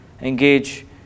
engage